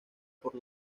por